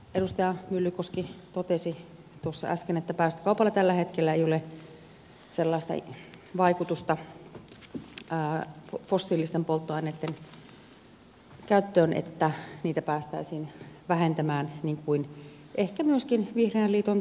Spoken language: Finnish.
edustaja myllykoski totesi äsken että päästökaupalla tällä hetkellä ei ole sellaista vaikutusta fossiilisten polttoaineitten käyttöön että niitä päästäisiin vähentämään niin kuin ehkä myöskin vihreän liiton tarkoitus on